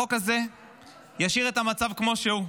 החוק הזה ישאיר את המצב כמו שהוא,